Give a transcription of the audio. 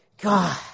God